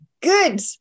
good